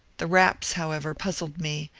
the raps, however, puzzled me,